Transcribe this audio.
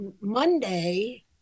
Monday